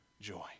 joy